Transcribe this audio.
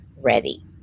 ready